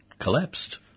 collapsed